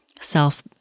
self